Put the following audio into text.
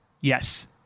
Yes